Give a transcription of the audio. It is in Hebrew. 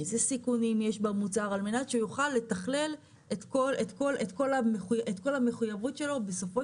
איזה סיכונים יש במוצר על מנת שהוא יוכל לתכלל את כל המחויבות שלו בסופו